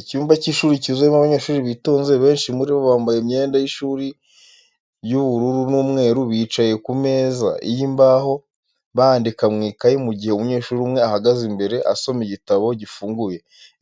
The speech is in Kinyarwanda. Icyumba cy'ishuri cyuzuyemo abanyeshuri bitonze, benshi muri bo bambaye imyenda y'ishuri ry'ubururu n'umweru. Bicaye ku meza y'imbaho, bandika mu ikaye mu gihe umunyeshuri umwe ahagaze imbere, asoma igitabo gifunguye.